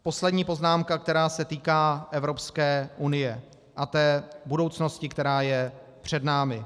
Poslední poznámka, která se týká Evropské unie a budoucnosti, která je před námi.